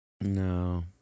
No